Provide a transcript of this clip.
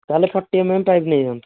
ତା'ହେଲେ forty MM pipe ନେଇଯାଆନ୍ତୁ